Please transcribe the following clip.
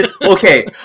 Okay